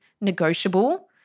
negotiable